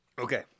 Okay